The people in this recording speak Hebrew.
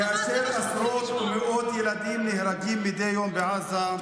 כאשר עשרות ומאות ילדים נהרגים מדי יום בעזה,